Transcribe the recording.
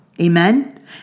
Amen